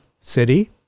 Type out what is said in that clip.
city